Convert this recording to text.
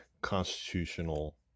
constitutional